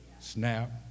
snap